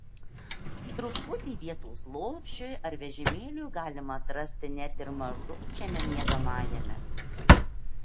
truputį vietos lopšiui ar vežimėliui galima atrasti net ir mažučiame miegamajame